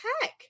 heck